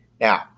Now